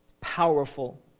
Powerful